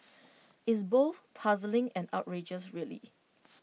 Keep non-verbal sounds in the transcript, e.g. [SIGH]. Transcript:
[NOISE] it's both puzzling and outrageous really